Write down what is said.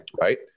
Right